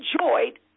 enjoyed